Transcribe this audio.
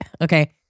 okay